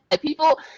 people